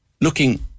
looking